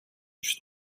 чуть